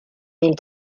mille